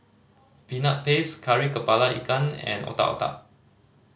Peanut Paste Kari Kepala Ikan and Otak Otak